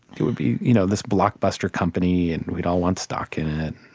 it would be you know this blockbuster company, and we'd all want stock in it,